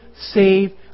save